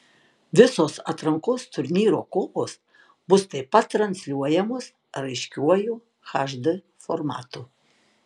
visos atrankos turnyro kovos bus taip pat transliuojamos raiškiuoju hd formatu